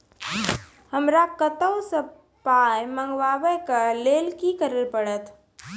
हमरा कतौ सअ पाय मंगावै कऽ लेल की करे पड़त?